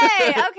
Okay